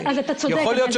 יכול להיות,